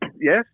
yes